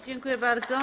Dziękuję bardzo.